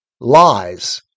Lies